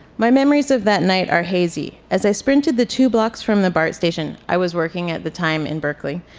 my memories of that night are hazy. as i sprinted the two blocks from the bart station, i was working at the time in berkeley,